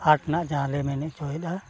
ᱦᱟᱴ ᱦᱟᱸᱜ ᱡᱟᱦᱟᱸ ᱞᱮ ᱢᱮᱱ ᱦᱚᱪᱚᱭᱮᱫᱟ